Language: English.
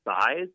size